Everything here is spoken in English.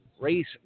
Race